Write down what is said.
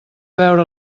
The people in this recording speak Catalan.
veure